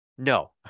No